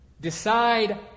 Decide